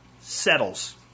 settles